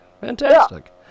Fantastic